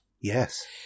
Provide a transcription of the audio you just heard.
Yes